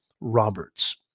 Roberts